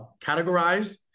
categorized